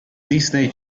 disney